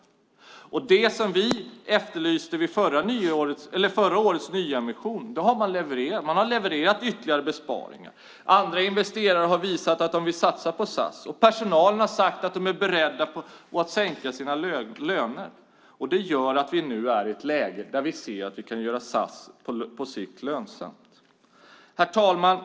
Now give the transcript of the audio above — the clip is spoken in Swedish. Det som vi efterlyste vid förra årets nyemission har man levererat. Man har levererat ytterligare besparingar. Andra investerare har visat att de vill satsa på SAS, och personalen har sagt att den är beredd att sänka sin lön. Det gör att vi nu är i ett läge där vi kan se att vi på sikt kan göra SAS lönsamt. Herr talman!